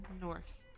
north